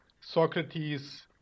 Socrates